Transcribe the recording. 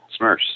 Smurfs